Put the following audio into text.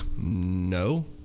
no